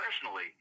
personally